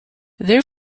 their